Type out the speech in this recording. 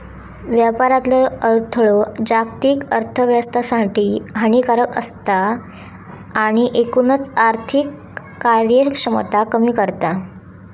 व्यापारातलो अडथळो जागतिक अर्थोव्यवस्थेसाठी हानिकारक असता आणि एकूणच आर्थिक कार्यक्षमता कमी करता